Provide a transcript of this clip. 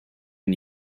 and